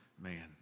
man